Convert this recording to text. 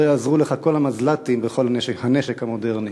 לא יעזרו לך כל המזל"טים וכל הנשק המודרני.